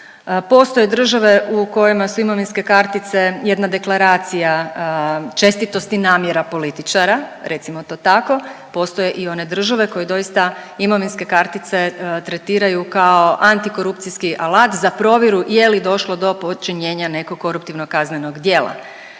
Postoje države u kojima su imovinske kartice jedna deklaracija čestitost i namjera političara recimo to tako, postoje i one države koje doista imovinske kartice tretiraju kao antikorupcijski alat za provjeru je li došlo do počinjenja nekog koruptivnog kaznenog djela.